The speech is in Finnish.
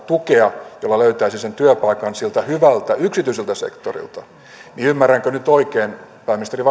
tukea jolla löytäisi sen työpaikan sieltä hyvältä yksityiseltä sektorilta eli ymmärränkö nyt oikein pääministerin